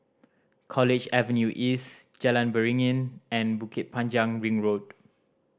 College Avenue East Jalan Beringin and Bukit Panjang Ring Road